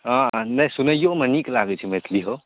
हँ नहि सुनैओमे नीक लागै छै मैथिली हौ